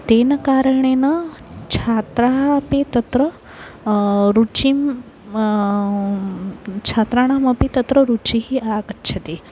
तेन कारणेन छात्राः अपि तत्र रुचिं छात्राणामपि तत्र रुचिः आगच्छति